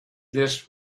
this